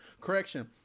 Correction